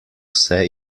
vse